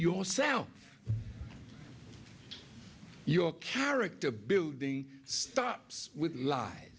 yourself your character building stops